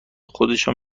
خودشان